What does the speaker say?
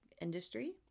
industry